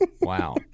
Wow